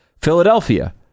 Philadelphia